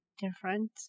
different